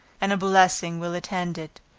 and a blessing will attend it.